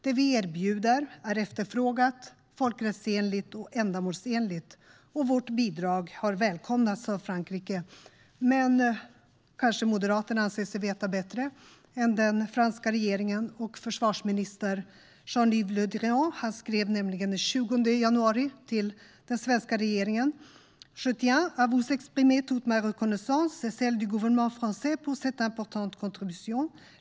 Det vi erbjuder är efterfrågat, folkrättsenligt och ändamålsenligt, och vårt bidrag har välkomnats av Frankrike. Men kanske Moderaterna anser sig veta bättre än den franska regeringen och försvarsminister Jean-Yves Le Drian. Han skrev nämligen den 20 januari till den svenska regeringen: ". je tiens, par la présente lettre, à vous exprimer toute ma reconnaissance et celle du gouvernement franc?ais pour cette importante contribution.